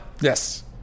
yes